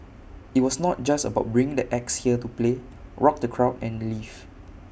IT was not just about bringing the acts here to play rock the crowd and leave